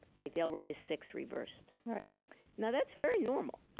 like, they'll write a six reversed right now, that's very normal,